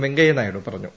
വെങ്കയ്യനായിഡു പറഞ്ഞു